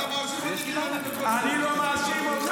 אתה מאשים אותי